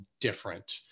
different